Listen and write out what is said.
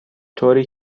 طوری